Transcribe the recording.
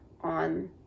on